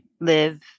live